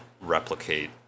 replicate